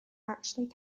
actually